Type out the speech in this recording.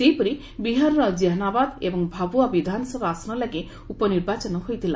ସେହିପରି ବିହାରର କ୍ଷେହାନାବାଦ ଏବଂ ଭାବୁଆ ବିଧାନସଭା ଆସନ ଲାଗି ଉପନିର୍ବାଚନ ହୋଇଥିଲା